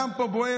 הדם פה בוער,